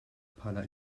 bħala